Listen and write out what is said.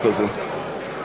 תודה.